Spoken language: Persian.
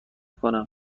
کنم